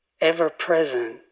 ever-present